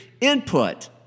input